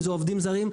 אם זה עובדים זרים.